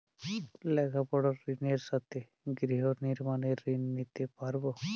লেখাপড়ার ঋণের সাথে গৃহ নির্মাণের ঋণ নিতে পারব?